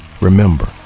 remember